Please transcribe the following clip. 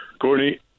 Courtney